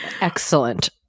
excellent